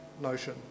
notion